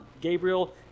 Gabriel